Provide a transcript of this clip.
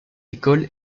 école